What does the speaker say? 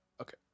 Okay